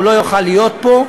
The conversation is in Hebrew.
הוא לא יוכל להיות פה,